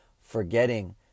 forgetting